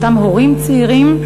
לאותם הורים צעירים,